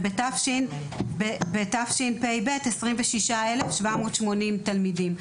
ובשנת התשפ"ב 26,780 תלמידים,